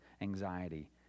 anxiety